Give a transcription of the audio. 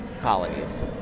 colonies